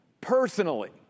personally